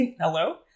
hello